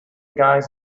guys